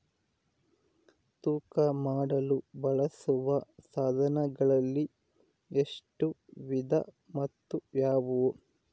ತೂಕ ಮಾಡಲು ಬಳಸುವ ಸಾಧನಗಳಲ್ಲಿ ಎಷ್ಟು ವಿಧ ಮತ್ತು ಯಾವುವು?